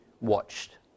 watched